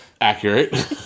accurate